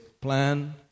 plan